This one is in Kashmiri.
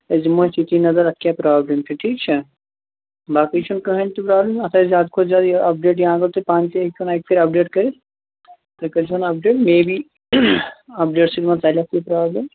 أسۍ دِموٗ اَتھ ییٚتی نَطر اتھ کیٛاہ پرٛابلِم چھِ ٹھیٖک چھا باقٕے چھےٚ نہٕ کِہیٖنٛۍ تہِ پرٛابلِم اتھ آسہِ زیادٕ کھۅتہٕ زیادٕ یہِ اَپ ڈیٚٹ یا اَگر تُہۍ پانہٕ تہِ ہیٚکہوٗن اکہِ پھِرِ اَپ ڈیٚٹ کٔرِتھ تُہۍ کٔرۍزِہوٗن اَپ ڈیٹ میے بی اَپ ڈیٚٹ سٍتۍ ما ژلَس یہِ پرٛابلِم